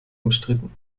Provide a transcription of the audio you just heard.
umstritten